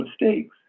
mistakes